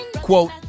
Quote